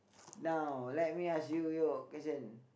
now let me you ask your question